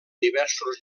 diversos